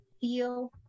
feel